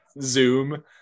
Zoom